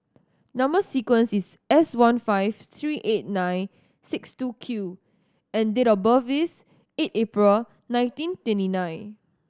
number sequence is S one five three eight nine six two Q and date of birth is eight April nineteen twenty nine